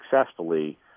successfully